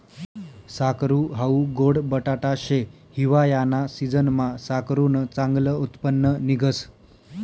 साकरू हाऊ गोड बटाटा शे, हिवायाना सिजनमा साकरुनं चांगलं उत्पन्न निंघस